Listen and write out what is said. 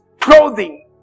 clothing